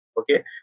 Okay